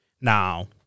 Now